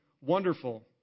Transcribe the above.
Wonderful